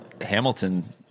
Hamilton